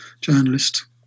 journalist